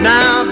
Now